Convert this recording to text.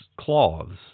cloths